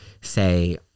say